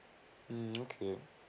mm okay